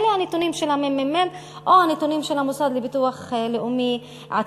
אלה הנתונים של הממ"מ או הנתונים של המוסד לביטוח לאומי עצמו.